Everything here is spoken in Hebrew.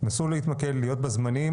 תנסו להתמקד ולהיות בזמנים.